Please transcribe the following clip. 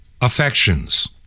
affections